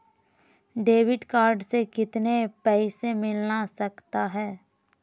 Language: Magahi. डेबिट कार्ड से कितने पैसे मिलना सकता हैं?